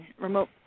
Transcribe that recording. remote